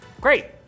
Great